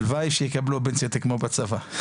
הלוואי שיקבלו פנסיה כמו בצבא.